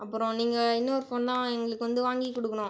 அப்புறோம் நீங்கள் இன்னொரு ஃபோன் தான் எங்களுக்கு வந்து வாங்கி கொடுக்கணும்